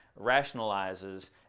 rationalizes